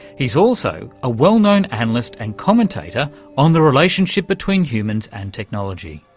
he's also a well-known analyst and commentator on the relationship between humans and technology.